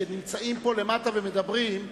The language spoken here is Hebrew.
כשנמצאים פה למטה ומדברים,